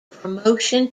promotion